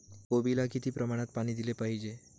कोबीला किती प्रमाणात पाणी दिले पाहिजे?